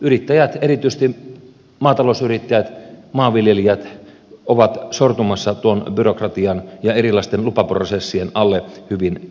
yrittäjät erityisesti maatalousyrittäjät maanviljelijät ovat sortumassa tuon byrokratian ja erilaisten lupaprosessien alle hyvin pitkälle